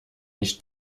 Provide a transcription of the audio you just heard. nicht